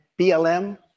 BLM